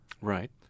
Right